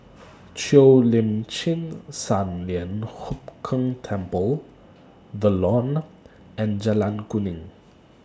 Cheo Lim Chin Sun Lian Hup Keng Temple The Lawn and Jalan Kuning